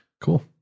cool